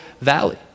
Valley